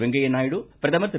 வெங்கைய்யா நாயுடு பிரதமர் திரு